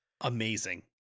amazing